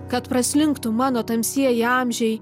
kad praslinktų mano tamsieji amžiai